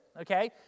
okay